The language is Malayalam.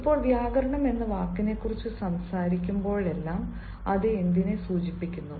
ഇപ്പോൾ വ്യാകരണം എന്ന വാക്കിനെക്കുറിച്ച് സംസാരിക്കുമ്പോഴെല്ലാം അത് എന്തിനെ സൂചിപ്പിക്കുന്നു